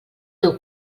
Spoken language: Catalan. teu